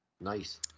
Nice